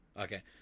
Okay